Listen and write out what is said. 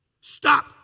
Stop